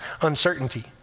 uncertainty